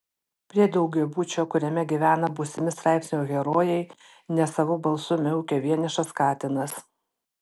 prie daugiabučio kuriame gyvena būsimi straipsnio herojai nesavu balsu miaukia vienišas katinas